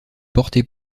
portée